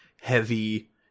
heavy